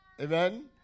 Amen